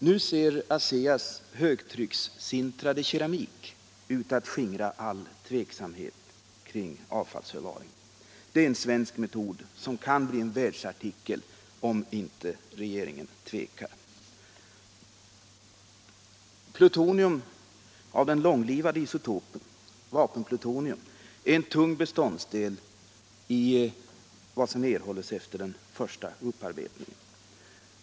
Nu ser ASEA:s högtryckssintrade keramik ut att skingra all tveksamhet kring avfallsförvaringen. Det är en svensk metod som kan bli en världsartikel. Om inte regeringen tvekar. Plutonium av den långlivade isotopen vapenplutonium är en tung beståndsdel i vad som erhålles efter den första upparbetningen.